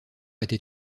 était